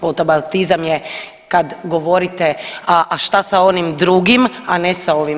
Votabautizam je kad govorite a šta sa onim drugim, a ne sa ovim.